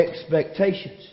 expectations